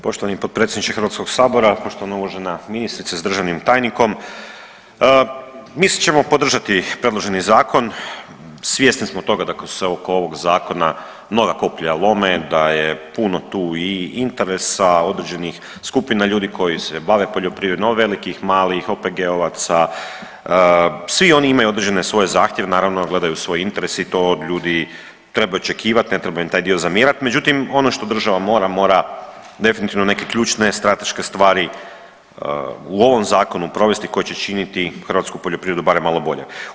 Poštovani potpredsjedniče Hrvatskog sabora, poštovana uvažena ministrice s državnim tajnikom, mi ćemo podržati predloženi zakon, svjesni smo toga da se oko ovog zakona mnoga koplja lome, da je puno tu i interesa određenih skupina ljudi koji se bave poljoprivredom od velikih, malih, OPG-ovaca, svi oni imaju određene svoje zahtjeve, naravno gledaju svoj interes i to od ljudi treba očekivat, ne treba im taj dio zamjerat, međutim ono što država mora, mora definitivno neke ključne strateške stvari u ovom zakonu provesti koje će činiti hrvatsku poljoprivredu barem malo boljom.